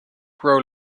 grow